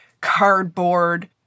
cardboard